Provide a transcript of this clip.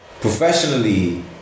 Professionally